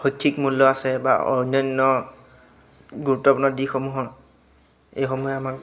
শৈক্ষিক মূল্য আছে বা অন্যান্য গুৰুত্বপূৰ্ণ দিশসমূহত এইসমূহে আমাক